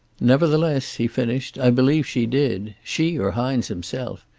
nevertheless, he finished, i believe she did. she or hines himself.